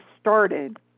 started